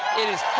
it is